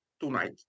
tonight